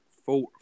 four